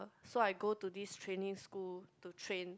so I go to this training school to train